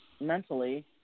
mentally